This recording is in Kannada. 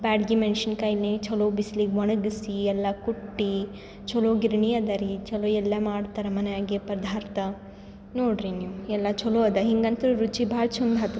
ಬ್ಯಾಡಗಿ ಮೆಣ್ಸಿನ್ಕಾಯ್ನೇ ಛಲೋ ಬಿಸ್ಲಿಗೆ ಒಣಗಿಸಿ ಎಲ್ಲ ಕುಟ್ಟಿ ಛಲೋ ಗಿರಣಿ ಅದರಿ ಚಲೋ ಎಲ್ಲ ಮಾಡ್ತಾರೆ ಮನ್ಯಾಗೆ ಪದಾರ್ಥ ನೋಡಿರಿ ನೀವು ಎಲ್ಲ ಚಲೋ ಅದ ಹಿಂಗೆ ಅಂತೂ ರುಚಿ ಭಾಳ ಚಂದ ಹತ್ತತದ